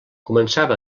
començava